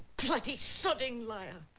bloody sodding liar.